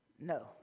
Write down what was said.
No